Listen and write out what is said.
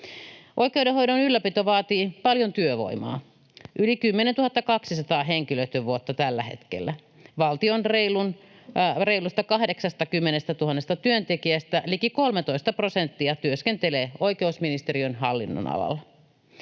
Oikeudenhoidon ylläpito vaatii paljon työvoimaa, yli 10 200 henkilötyövuotta tällä hetkellä. Valtion reilusta 80 000 työntekijästä liki 13 prosenttia työskentelee oikeusministeriön hallinnonalalla.